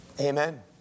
Amen